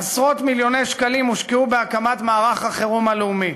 עשרות מיליוני שקלים הושקעו בהקמת מערך החירום הלאומי.